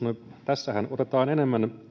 tässähän otetaan enemmän